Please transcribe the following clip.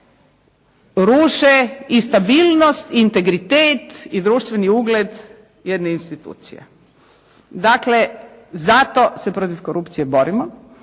ruše i stabilnost, integritet i društveni ugled jedne institucije. Dakle zato se protiv korupcije borimo,